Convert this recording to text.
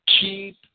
keep